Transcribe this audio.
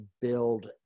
build